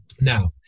Now